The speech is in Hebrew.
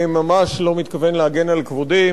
אני ממש לא מתכוון להגן על כבודי,